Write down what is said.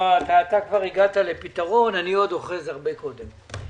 אתה כבר הגעת לפתרון, אני עוד אוחז הרבה קודם.